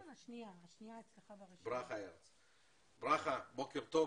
ברכה, בוקר טוב.